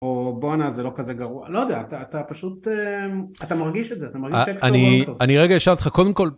או בואנה זה לא כזה גרוע, לא יודע, אתה אתה פשוט, אתה מרגיש את זה, אתה מרגיש טקסטים מאוד טובים. אני רגע אשאל אותך, קודם כל...